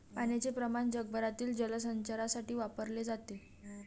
पाण्याचे प्रमाण जगभरातील जलचरांसाठी वापरले जाते